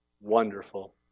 wonderful